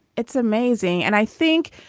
it's amazing. and i think,